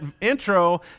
intro